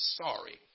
sorry